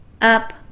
up